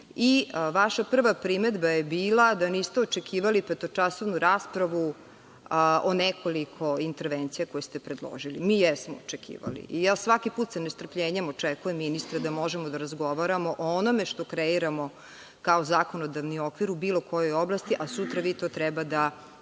i vaša prva primedba je bila da niste očekivali petočasovnu raspravu o nekoliko intervencija koje ste predložili. Mi jesmo očekivali. Ja svaki put sa nestrpljenjem očekujem ministra, da možemo da razgovaramo o onome što kreiramo kao zakonodavni okvir u bilo kojoj oblasti, a sutra vi to treba da